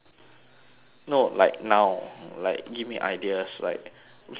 no like now like give me ideas like okay how how to